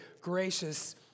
gracious